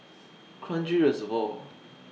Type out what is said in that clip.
Kranji Reservoir